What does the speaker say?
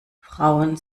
frauen